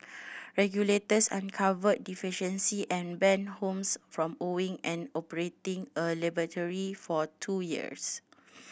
regulators uncovered deficiency and banned Holmes from owning and operating a laboratory for two years